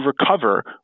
recover